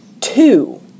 Two